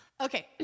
Okay